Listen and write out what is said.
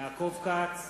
יעקב כץ,